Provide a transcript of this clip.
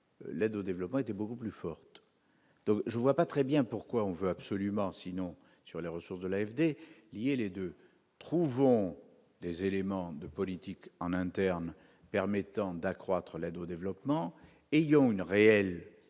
l'aide au développement était beaucoup plus forte, donc je vois pas très bien pourquoi on veut absolument sinon sur les ressources de l'AFD lier les 2, trouvons des éléments de politique en interne permettant d'accroître l'aide au développement, il une réelle